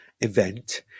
event